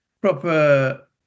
proper